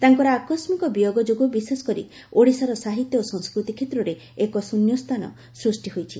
ତାଙ୍କର ଆକସ୍କିକ ବିୟୋଗ ଯୋଗୁଁ ବିଶେଷକରି ଓଡ଼ିଶାର ସାହିତ୍ୟ ଓ ସଂସ୍କୃତି କ୍ଷେତ୍ରରେ ଏକ ଶ୍ରନ୍ୟସ୍ତାନ ସୂଷ୍କି ହୋଇଛି